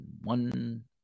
one